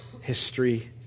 History